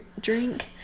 drink